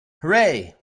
hooray